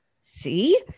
See